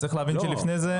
אז צריך להבין שלפני זה,